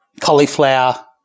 cauliflower